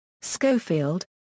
Schofield